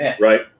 right